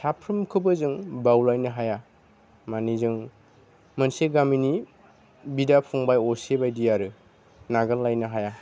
साफ्रोमखौबो जों बावलायनो हाया माने जों मोनसे गामिनि बिदा फंबाय असे बायदि आरो नागारलायनो हाया